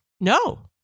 No